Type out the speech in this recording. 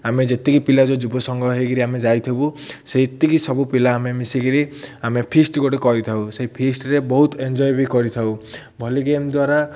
ଆମେ ଯେତିକି ପିଲା ଯେଉଁ ଯୁବସଙ୍ଘ ହେଇକିରି ଆମେ ଯାଇଥିବୁ ସେତିକି ସବୁ ପିଲା ଆମେ ମିଶିକିରି ଆମେ ଫିଷ୍ଟ ଗୋଟେ କରିଥାଉ ସେହି ଫିଷ୍ଟରେ ବହୁତ ଏନ୍ଜୟ ବି କରିଥାଉ ଭଲି ଗେମ୍ ଦ୍ୱାରା